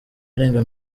arenga